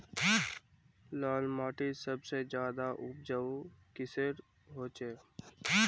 लाल माटित सबसे ज्यादा उपजाऊ किसेर होचए?